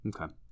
Okay